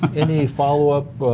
any follow-up,